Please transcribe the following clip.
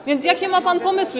A więc jakie ma pan pomysły?